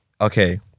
Okay